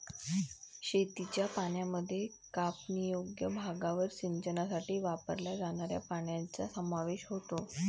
शेतीच्या पाण्यामध्ये कापणीयोग्य भागावर सिंचनासाठी वापरल्या जाणाऱ्या पाण्याचा समावेश होतो